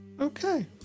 Okay